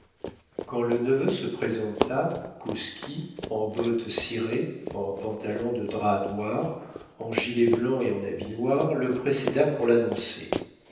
quand le neveu se présenta kouski en bottes cirées en pantalon de drap noir en gilet blanc et en habit noir le précéda pour l'annoncer